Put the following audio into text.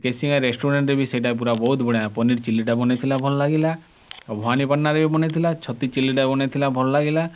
କେସିଙ୍ଗା ରେଷ୍ଟୁରାଣ୍ଟରେ ବି ସେଇଟା ପୁରା ବହୁତ ବଢ଼ିଆ ପନିର ଚିଲ୍ଲିଟା ବନେଇଥିଲା ଭଲ ଲାଗିଲା ଆଉ ଭବାନୀପାଟନାରେ ବି ବନେଇଥିଲା ଛତୁ ଚିଲ୍ଲିଟା ବନେଇଥିଲା ଭଲ ଲାଗିଲା